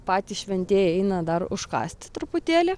patys šventieji eina dar užkąsti truputėlį